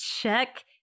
check